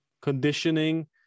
conditioning